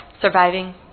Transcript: surviving